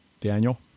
Daniel